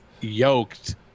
yoked